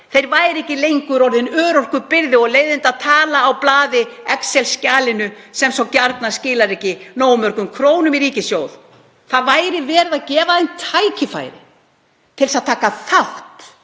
þeir væru ekki lengur örorkubyrði og leiðindatala á excel-skjalinu sem svo gjarnan skilar ekki nógu mörgum krónum í ríkissjóð. Það væri verið að gefa þeim tækifæri til að taka þátt